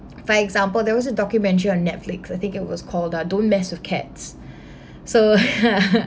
for example there was a documentary on netflix I think it was called uh don't mess with cats so